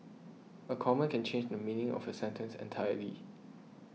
a comma can change the meaning of a sentence entirely